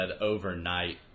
overnight